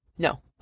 No